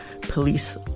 police